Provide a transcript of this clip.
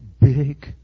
big